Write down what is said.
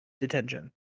Detention